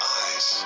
eyes